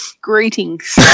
greetings